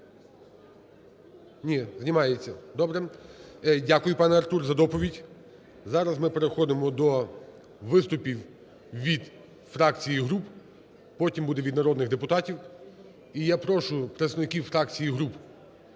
Ні, знімається. Добре. Дякую, пане Артур за доповідь. Зараз ми переходимо до виступів від фракцій і груп, потім буде від народних депутатів. І я прошу представників фракцій і груп,